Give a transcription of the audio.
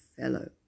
fellow